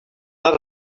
not